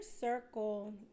circle